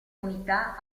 unità